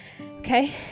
Okay